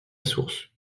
source